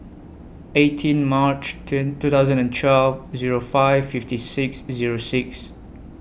eighteen March two thousand and twelve Zero five fifty six Zero six